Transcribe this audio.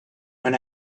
when